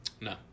no